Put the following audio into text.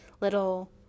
little